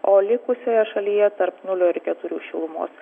o likusioje šalyje tarp nulio ir keturių šilumos